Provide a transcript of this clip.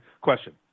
question